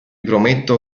prometto